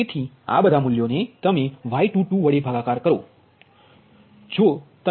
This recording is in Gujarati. તેથી આ બધા મૂલ્યને તમે Y22 વડે ભાગાકાર કરો